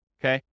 okay